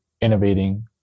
innovating